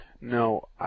No